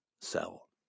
sell